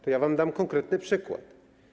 To ja wam dam konkretny przykład.